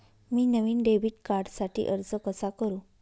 मी नवीन डेबिट कार्डसाठी अर्ज कसा करु?